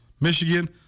Michigan